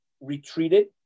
retreated